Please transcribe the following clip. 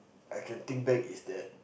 I can think back is that